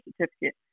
certificate